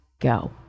Go